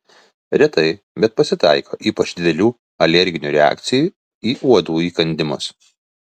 retai bet pasitaiko ypač didelių alerginių reakcijų į uodų įkandimus